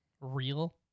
real